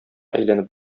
әйләнеп